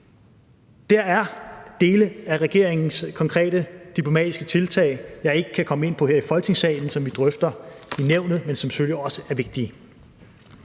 Der er dele af regeringens konkrete diplomatiske tiltag, jeg ikke kan komme ind på her i Folketingssalen, som vi drøfter i Nævnet, og som selvfølgelig også er vigtige.